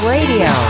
Radio